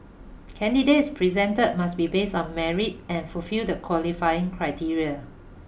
candidates presented must be based on merit and fulfil the qualifying criteria